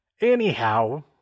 Anyhow